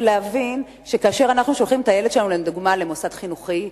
ולהבין שכאשר אנחנו שולחים את הילד שלנו לדוגמה למוסד חינוכי,